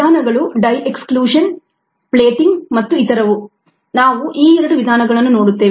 ವಿಧಾನಗಳು die extrusion plating ಮತ್ತು ಇತರವು ನಾವು ಈ ಎರಡು ವಿಧಾನಗಳನ್ನು ನೋಡುತ್ತೇವೆ